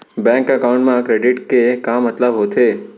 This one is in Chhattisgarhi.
बैंक एकाउंट मा क्रेडिट के का मतलब होथे?